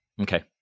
Okay